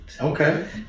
Okay